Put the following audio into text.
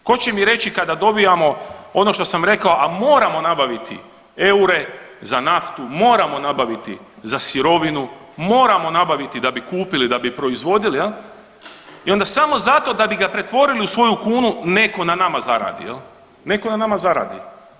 Tko će mi reći, kada dobijamo, ono što sam rekao, a moramo nabaviti eure za naftu, moramo nabaviti za sirovinu, moramo nabaviti da bi kupili, da bi proizvodili, je li, i onda samo zato da bi ga pretvorili u svoju kunu, netko na nama zaradi, netko na nama zaradi.